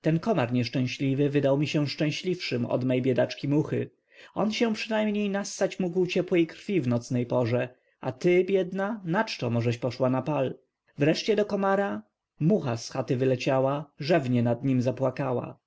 ten komar nieszczęśliwy wydał mi się szczęśliwszym od mej biedaczki muchy on się przynajmniej nassać mógł ciepłej krwi w nocnej porze a ty biedna naczczo możeś poszła na pal wreszcie do komara mucha z chaty wyleciała rzewnie nad nim zapłakała